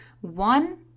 One